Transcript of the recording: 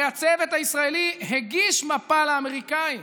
הרי הצוות הישראלי הגיש מפה לאמריקאים